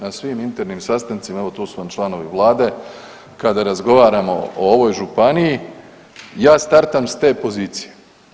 Na svim internim sastancima, evo tu su vam članovi vlade, kada razgovaramo o ovoj županiji ja startam s te pozicije.